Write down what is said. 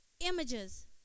images